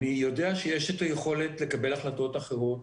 אני יודע שיש את היכולת לקבל החלטות אחרות,